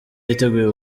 yiteguye